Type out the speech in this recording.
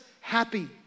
happy